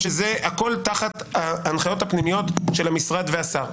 או שזה הכול תחת ההנחיות הפנימיות של המשרד והשר?